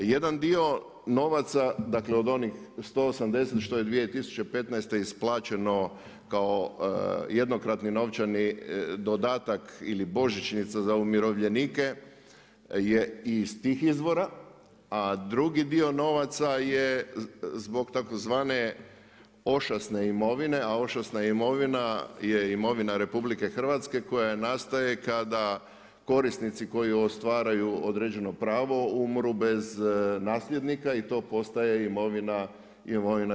Jedan dio novaca dakle od onih 180 što je 2015. isplaćeno kao jednokratni novčani dodatak ili božićnica za umirovljenike je iz tih izvora a drugi dio novaca je zbog tzv. ošasne imovine, a ošasna imovina je imovina RH koja nastaje kada korisnici koji ostvaruju određeno pravo umru bez nasljednika i to postaje imovina RH.